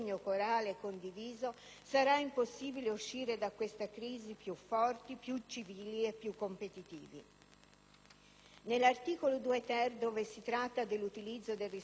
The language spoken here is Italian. sarà impossibile uscire da questa crisi più forti, più civili e più competitivi. Nell'articolo 2-*ter*, dove si tratta dell'utilizzo del risparmio degli enti locali,